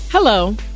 Hello